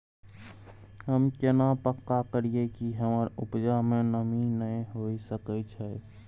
हम केना पक्का करियै कि हमर उपजा में नमी नय होय सके छै?